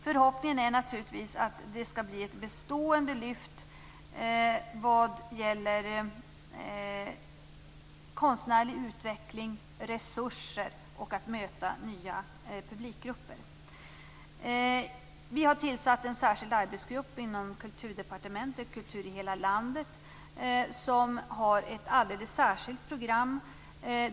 Förhoppningen är naturligtvis att det skall bli ett bestående lyft vad gäller konstnärlig utveckling, resurser och att möta nya publikgrupper. Vi har tillsatt en särskild arbetsgrupp inom Kulturdepartementet, Kultur i hela landet, som har ett alldeles särskilt program.